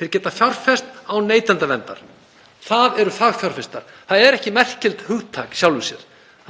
Þeir geta fjárfest án neytendaverndar. Það eru fagfjárfestar. Það er ekki merkilegt hugtak í sjálfu sér.